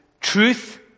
Truth